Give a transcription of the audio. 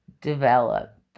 develop